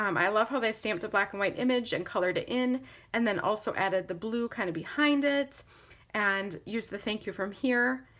um i love how they stamped a black and white image and colored it in and then also added the blue kind of behind it and the thank you from here.